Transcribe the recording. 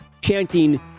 chanting